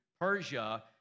Persia